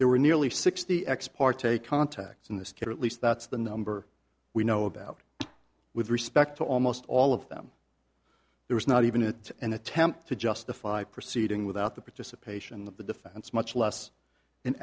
there were nearly sixty ex parte contacts in this case at least that's the number we know about with respect to almost all of them there was not even an attempt to justify proceeding without the participation of the defense much less